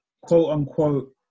quote-unquote